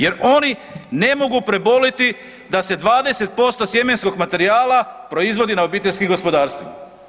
Jer oni ne mogu preboliti da se 20% sjemenskog materijala proizvodi na obiteljskim gospodarstvima.